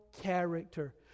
character